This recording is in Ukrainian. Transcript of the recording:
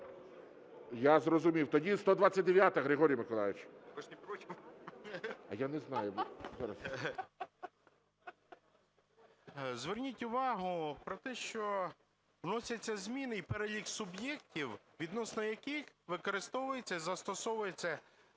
Я зрозумів. Тоді 129-а, Григорій Миколайович. 11:15:28 МАМКА Г.М. Зверніть увагу про те, що вносяться зміни, і перелік суб'єктів, відносно яких використовується і застосовуються